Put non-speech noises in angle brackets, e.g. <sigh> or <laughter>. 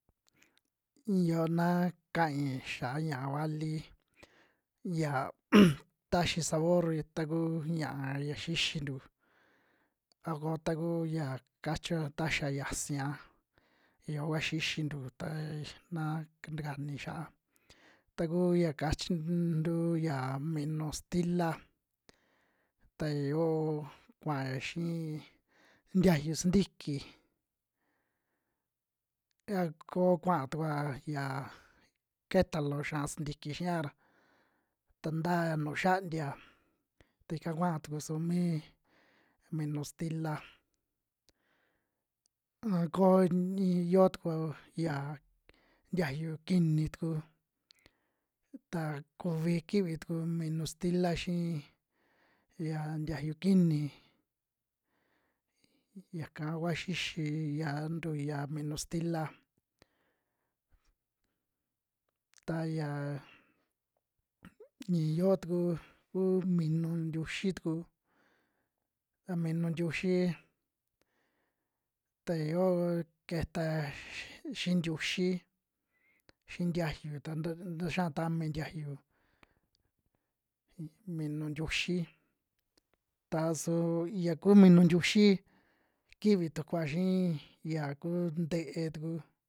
Yoo na kai xaa ña'a vali ya <noise> taxii saborr taku ña'a ya xixintu, a ko taku ya kachio taxia yasia ya yoo kua xixintu tax na takani xia'a taku ya kachintu yaa minu stila, ta ya yoo kuya xii ntiayu sintiki a ko kuaa tukua ya keta loo xá'a sintiki xia ra ta ntaya nuu xiantia, ta ika kuaa tuku sumii minu sitila a koo iin yoo tuku yia ntiayu kiini tuku, ta kuvi kiivi tuku minu stila xii ya ntiayu kiini, yaka kua xixi yantu ya minu stila. Ta ya yi yoo tuku kuu minu ntiuxi tuku, a minu ntiuyi ta ya yoo keta'a x- xii ntiuxi xii ntiayu ta nta xia tami ntiayu, minu ntiuxi ta suu yaku minu ntiuxi kivi tukua xii ya ku nte'e tuku